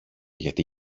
γιατί